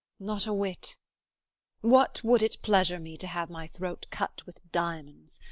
not a whit what would it pleasure me to have my throat cut with diamonds?